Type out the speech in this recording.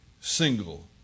single